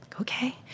Okay